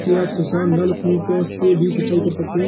क्या किसान नल कूपों से भी सिंचाई कर सकते हैं?